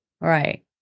Right